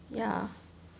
ya